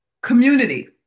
Community